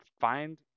find